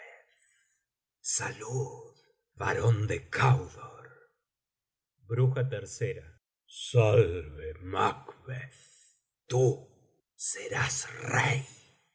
barón de candor salve macbeth tú serás rey